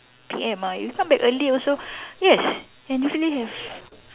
P_M ah you come back early also yes and you feel relieved